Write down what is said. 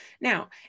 Now